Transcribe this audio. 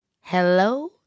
Hello